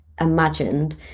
imagined